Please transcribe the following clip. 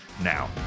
now